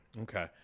Okay